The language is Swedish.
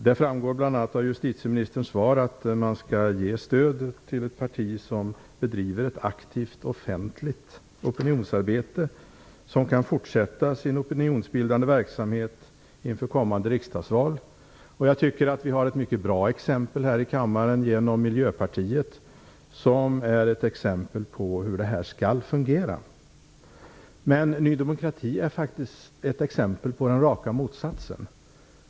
Det framgår bl.a. av justitieministerns svar att man skall ge stöd till ett parti som bedriver ett aktivt offentligt opinionsarbete och som kan fortsätta sin opinionsbildande verksamhet inför kommande riksdagsval. Jag tycker att vi har ett mycket bra exempel här i kammaren, nämligen Miljöpartiet. Miljöpartiet är alltså exempel på hur detta skall fungera. Ny demokrati är faktiskt exempel på raka motsatsen.